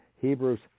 Hebrews